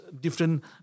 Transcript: different